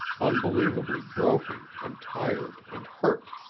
unbelievably broken and tired and hurt,